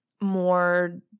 more